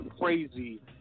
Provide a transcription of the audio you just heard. crazy